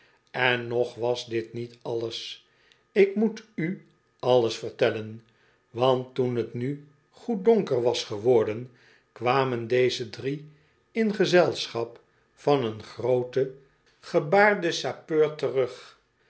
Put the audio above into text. en nog was dit niet alles ik moet u alles vertellen want toen t nu goed donker was geworden kwamen deze drie in gezelschap van een grooten gebaarden sappcur terug